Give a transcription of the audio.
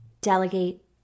delegate